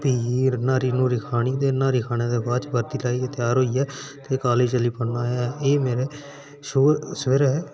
फ्ही न्हारी नूरी खानी न्हारी खाने दे बाद बर्दी लानी त्यार होइयै ते काॅलेज चली पौना ऐ एह् मेरे सवेरे दा